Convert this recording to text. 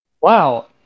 Wow